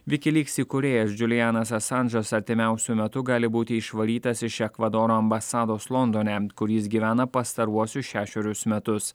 vikiliks įkūrėjas džiulijanas asanžas artimiausiu metu gali būti išvarytas iš ekvadoro ambasados londone kur jis gyvena pastaruosius šešerius metus